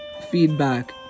feedback